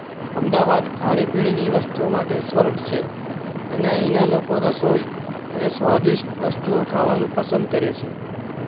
અમદાવાદ ખાણી પીણીની વસ્તુઓ માટે સ્વર્ગ છે અને અહીંનાં લોકો રસોઈ અને સ્વાદિષ્ટ વસ્તુઓ ખાવાનું પસંદ કરે છે